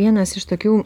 vienas iš tokių